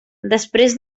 després